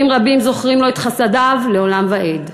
עולים רבים זוכרים לו את חסדיו לעולם ועד.